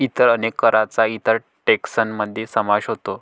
इतर अनेक करांचा इतर टेक्सान मध्ये समावेश होतो